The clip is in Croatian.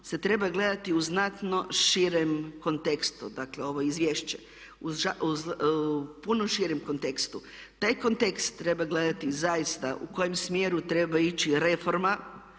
se treba gledati u znatno širem kontekstu, dakle ovo izvješće, u puno širem kontekstu. Taj kontekst treba gledati zaista u kojem smjeru treba ići reforma